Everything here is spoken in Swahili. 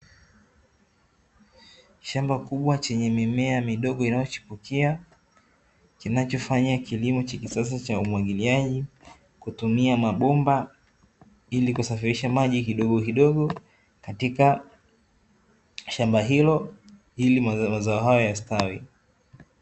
Shamba kubwa lenye mimea midogo inayochipukia, kinachofanya kilimo cha kisasa cha umwagiliaji kwa kutumia mabomba, ili kusafirisha maji kidogokidogo katika shamba hilo ili mazao hayo yastawi.